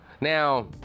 Now